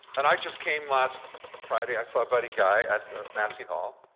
and i just came last friday, i saw buddy guy at the massey hall